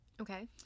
Okay